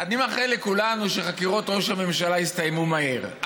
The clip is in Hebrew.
אני מאחל לכולנו שחקירות ראש הממשלה יסתיימו מהר,